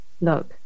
Look